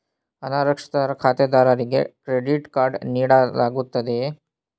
ಅನಕ್ಷರಸ್ಥ ಖಾತೆದಾರರಿಗೆ credit card ನೀಡಲಾಗುತ್ತದೆಯೇ?